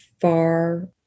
far